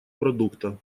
продукта